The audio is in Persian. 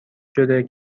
شده